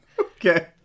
Okay